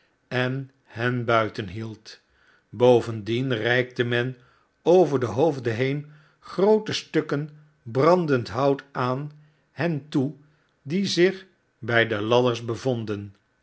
en hen buitenhield bovendien reikte men over de hoofden heen groote stukken brandend hout aan hen toe die zich bij de ladders bevonden